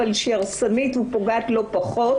אבל היא הרסנית ופוגעת לא פחות,